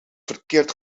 verkeerd